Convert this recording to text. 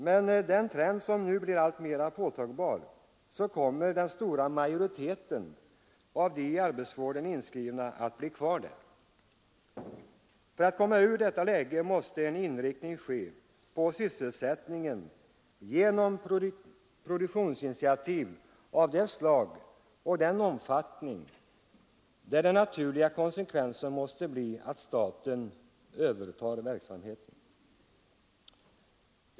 Men med den trend som är alltmer påtaglig kommer den stora majoriteten av de i arbetsvården inskrivna att bli kvar där. För att komma ur detta läge måste en inriktning ske på sysselsättningens område genom produktionsinitiativ av ett sådant slag och en sådan omfattning att den naturliga konsekvensen måste bli att staten övertar verksamheten.